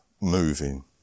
moving